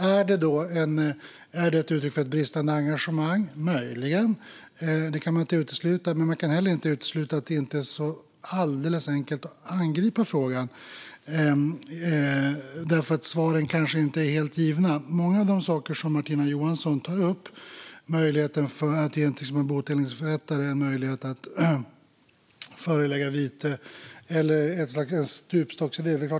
Är det ett uttryck för bristande engagemang? Möjligen. Det kan man inte utesluta. Men man kan heller inte utesluta att det inte är så alldeles enkelt att angripa frågan. Svaren kanske inte är helt givna. Martina Johansson tar upp möjligheten för bodelningsförrättare att förelägga vite och ett slags stupstocksidé.